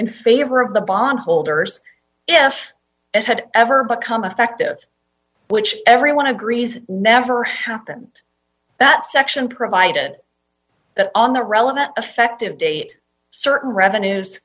in favor of the bondholders if it had ever become effective which everyone agrees never happened that section provided that on the relevant effective date certain revenues